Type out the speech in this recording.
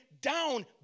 down